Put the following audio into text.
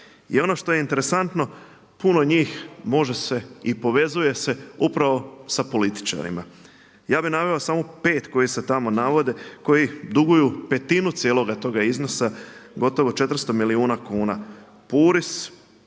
I ono što je interesantno puno njih može se i povezuje se upravo sa političarima. Ja bi naveo samo pet koji se tamo navode koji duguju petinu toga cijeloga iznosa, gotovo 400 milijuna kuna Puris